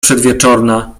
przedwieczorna